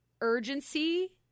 urgency